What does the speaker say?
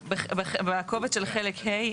בקובץ של חלק ה',